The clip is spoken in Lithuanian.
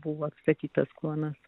buvo atstatytas kluonas